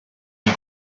die